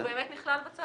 והוא באמת נכלל בצו.